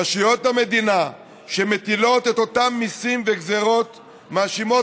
רשויות המדינה שמטילות את אותם מיסים וגזרות מאשימות